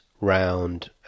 round